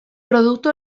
produktu